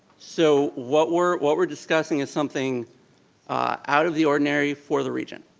so, what we're what we're discussing is something out of the ordinary for the region.